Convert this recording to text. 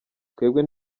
twebwe